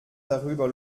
darüber